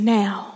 now